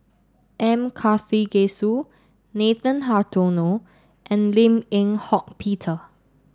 M Karthigesu Nathan Hartono and Lim Eng Hock Peter